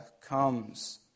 comes